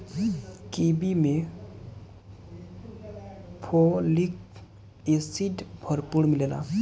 kiwi में folic acid भरपूर मिलेला